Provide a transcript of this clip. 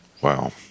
Wow